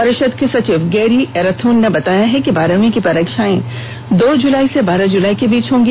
परिषद के सचिव गेरी एराथून ने बताया कि बारहवीं की परीक्षाएं दो जुलाई से बारह जुलाई तक होंगी